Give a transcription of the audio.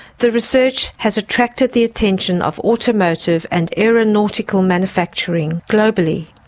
the research has attracted the attention of automotive and aeronautical manufacturing globally.